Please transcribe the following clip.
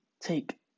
take